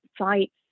sites